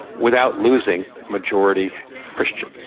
without losing majority christians.